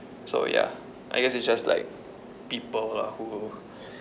so ya I guess it's just like people lah who